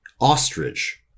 ostrich